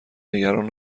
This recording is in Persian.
نگران